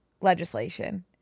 legislation